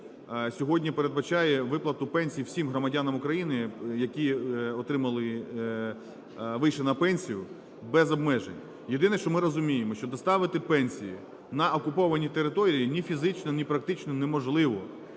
сьогодні передбачає виплату пенсій всім громадянам України, які отримали, вийшли на пенсію без обмежень. Єдине, що ми розуміємо, що доставити пенсії на окуповані території ні фізично, ні практично неможливо.